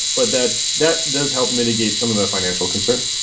but that that does help mitigate some of the financial concerns.